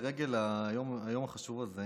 לרגל היום החשוב הזה,